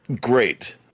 Great